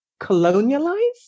colonialized